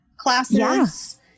classes